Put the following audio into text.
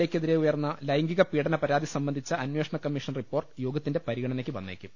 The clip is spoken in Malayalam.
എക്കെതിരെ ഉയർന്ന ലൈംഗിക പീഡന പരാതി സംബന്ധിച്ച അന്വേഷണ കമ്മീഷൻ റിപ്പോർട്ട് യോഗത്തിന്റെ പരിഗണനയ്ക്ക് വന്നേക്കും